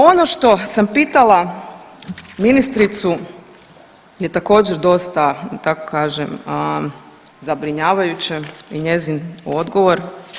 Ono što sam pitala ministricu je također dosta da tako kažem zabrinjavajuće i njezin odgovor.